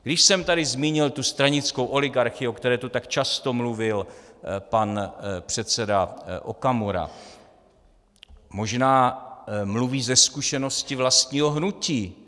Když jsem tady zmínil tu stranickou oligarchii, o které tu tak často mluvil pan předseda Okamura, možná mluví ze zkušenosti vlastního hnutí.